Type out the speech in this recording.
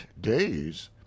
days